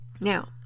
Now